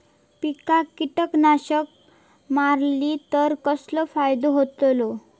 पिकांक कीटकनाशका मारली तर कसो फायदो होतलो?